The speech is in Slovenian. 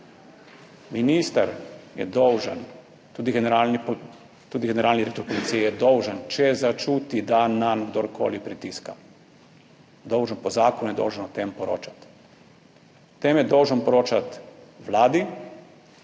Minister je dolžan, tudi generalni direktor policije je dolžan, če začuti, da nanj kdorkoli pritiska, je po zakonu dolžan o tem poročati. O tem je dolžan poročati vladi,